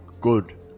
Good